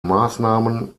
maßnahmen